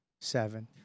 seven